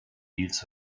deals